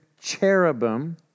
cherubim